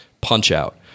Punch-Out